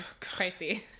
pricey